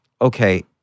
okay